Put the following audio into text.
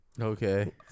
Okay